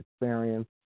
experience